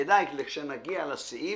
כדאי כאשר נגיע לסעיף,